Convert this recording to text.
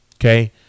Okay